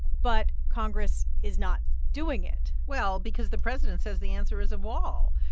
but congress is not doing it well, because the president says the answer is a wall.